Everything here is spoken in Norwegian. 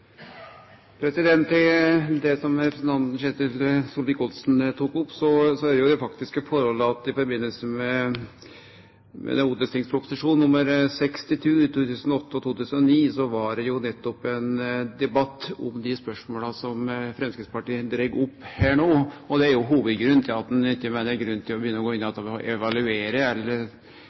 at i samband med Ot.prp. nr. 62 for 2008–2009 var det jo nettopp ein debatt om dei spørsmåla som Framstegspartiet dreg opp her no. Og det er jo hovudgrunnen til at ein ikkje meiner det er grunn til å gå inn att og begynne å evaluere eller